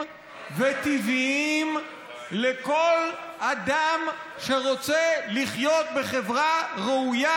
וטבעיים לכל אדם שרוצה לחיות בחברה ראויה,